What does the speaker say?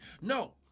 No